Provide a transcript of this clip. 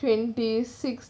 twenty six